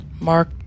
Mark